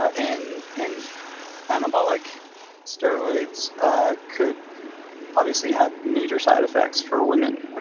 and and anabolic steroids ah could obviously have major side effects for women. and